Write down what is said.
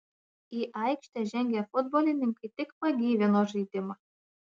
į aikštę žengę futbolininkai tik pagyvino žaidimą